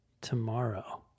tomorrow